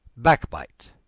backbite,